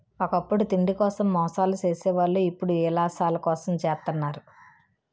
ఒకప్పుడు తిండి కోసం మోసాలు సేసే వాళ్ళు ఇప్పుడు యిలాసాల కోసం జెత్తన్నారు